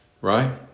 Right